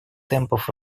темпов